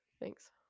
thanks